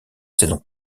saison